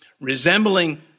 resembling